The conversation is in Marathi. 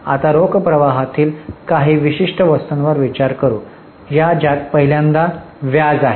आता रोख प्रवाहातील काही विशिष्ट वस्तूंवर विचार करू या ज्यात पहिल्यांदा व्याज आहे